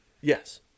Yes